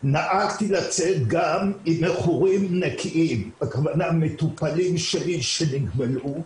נהגתי לצאת גם עם מכורים נקיים מהמטופלים שלי שנגמלו,